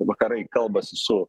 vakarai kalbasi su